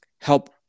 help